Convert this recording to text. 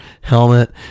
helmet